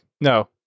no